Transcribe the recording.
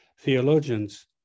theologians